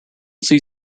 see